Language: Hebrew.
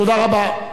תודה רבה.